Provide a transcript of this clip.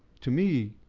to me,